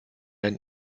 einen